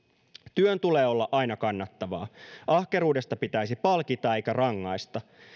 työn tulee olla aina kannattavaa ahkeruudesta pitäisi palkita eikä rangaista